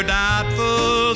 doubtful